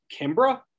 kimbra